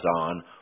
on